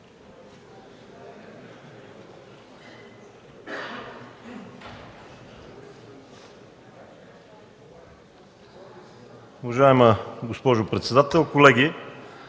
Уважаема госпожо председател, броят